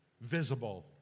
visible